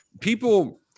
people